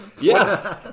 Yes